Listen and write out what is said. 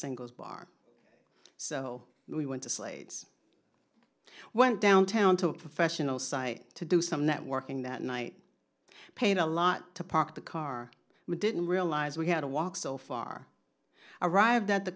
singles bar so we went to say went downtown to a professional site to do some networking that night paid a lot to park the car we didn't realize we had to walk so far arrived at the